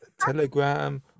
telegram